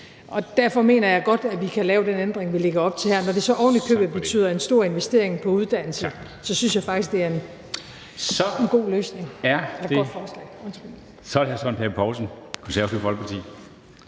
og derfor mener jeg godt, vi kan lave den ændring, vi lægger op til her. Når det så oven i købet betyder en stor investering på uddannelse, synes jeg faktisk, det er en god løsning og et godt forslag. Kl. 23:46 Formanden (Henrik